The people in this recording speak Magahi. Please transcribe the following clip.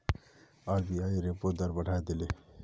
आर.बी.आई रेपो दर बढ़ाए दिले